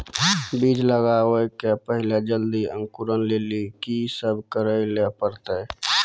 बीज लगावे के पहिले जल्दी अंकुरण लेली की सब करे ले परतै?